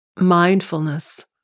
mindfulness